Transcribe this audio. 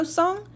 song